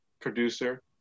producer